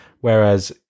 whereas